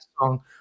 song